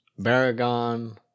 Baragon